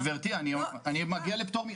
גברתי, אני מגיע לפטור.